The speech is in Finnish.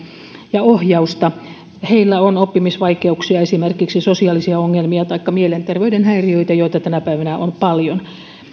ja ohjausta heillä on oppimisvaikeuksia esimerkiksi sosiaalisia ongelmia taikka mielenterveyden häiriöitä joita tänä päivänä on paljon